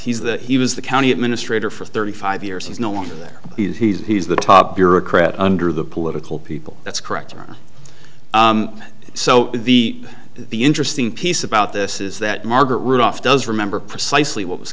he's the he was the county administrator for the thirty five years is no one there because he's the top bureaucrat under the political people that's correct and so the the interesting piece about this is that margaret rudolph does remember precisely what was